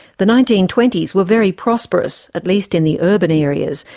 the nineteen twenty s were very prosperous, at least in the urban areas,